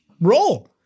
Roll